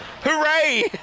Hooray